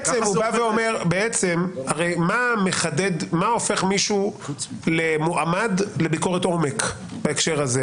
הרי מה הופך מישהו למועמד לביקורת עומק בהקשר הזה,